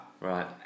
Right